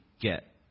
get